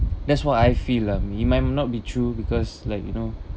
that's what I feel lah it might not be true because like you know